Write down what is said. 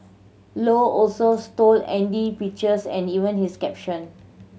low also stole Andy pictures and even his caption